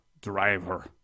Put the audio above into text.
driver